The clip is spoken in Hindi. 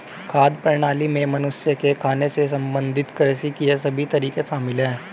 खाद्य प्रणाली में मनुष्य के खाने से संबंधित कृषि के सभी तरीके शामिल है